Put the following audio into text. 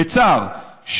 בצער,